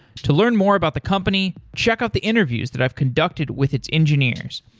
to learn more about the company, check out the interviews that i've conducted with its engineers.